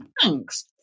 thanks